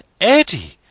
Eddie